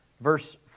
Verse